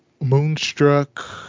Moonstruck